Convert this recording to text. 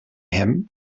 him